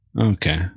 Okay